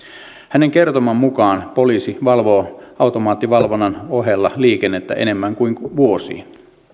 hänen kertomansa mukaan poliisi valvoo automaattivalvonnan ohella liikennettä enemmän kuin kuin vuosiin